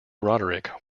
roderick